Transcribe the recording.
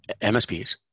MSPs